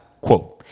quote